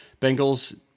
Bengals